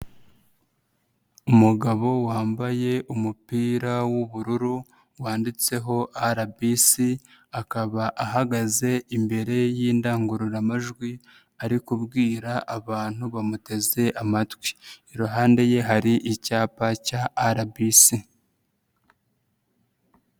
Umugabo wambaye umupira w'ubururu wanditseho RBC akaba ahagaze imbere y'indangururamajwi ari kubwira abantu bamuteze amatwi, iruhande ye hari icyapa cya RBC.